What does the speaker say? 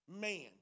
Man